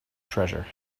treasure